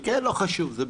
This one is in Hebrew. שלום.